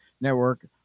network